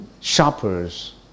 shoppers